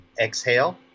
exhale